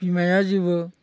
बिमाया जेबो